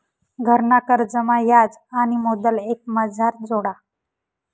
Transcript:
घरना कर्जमा याज आणि मुदल एकमाझार जोडा